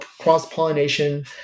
cross-pollination